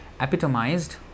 epitomized